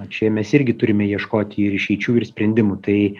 čia mes irgi turime ieškoti ir išeičių ir sprendimų tai